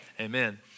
Amen